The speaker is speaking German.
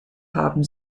haben